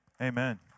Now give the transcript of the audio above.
Amen